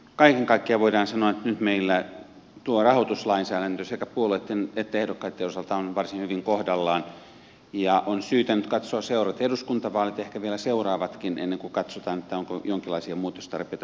kaiken kaikkiaan voidaan sanoa että nyt meillä tuo rahoituslainsäädäntö sekä puolueitten että ehdokkaitten osalta on varsin hyvin kohdallaan ja on syytä nyt katsoa seuraavat eduskuntavaalit ehkä vielä seuraavatkin ennen kuin katsotaan onko jonkinlaisia muutostarpeita ylipäätänsä olemassa